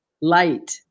light